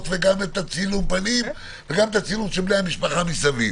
וגם צילום הפנים וגם הצילום של בני המשפחה מסביב.